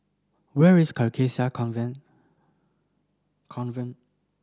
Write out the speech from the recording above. where is Carcasa Convent Convent